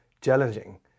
challenging